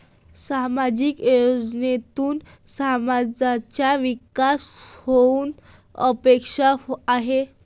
सामाजिक उद्योजकतेतून समाजाचा विकास होणे अपेक्षित आहे